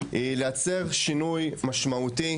לעצב שינוי משמעותי